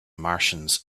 martians